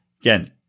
Again